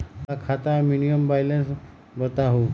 हमरा खाता में मिनिमम बैलेंस बताहु?